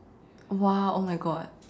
!wow! oh my god